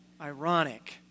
Ironic